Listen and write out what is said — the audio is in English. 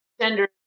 gender